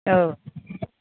औ